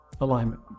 alignment